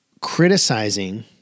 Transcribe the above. criticizing